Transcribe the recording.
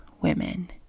women